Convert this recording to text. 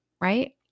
right